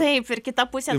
taip ir kita pusė